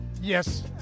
Yes